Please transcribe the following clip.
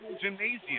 gymnasium